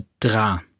Dra